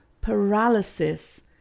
paralysis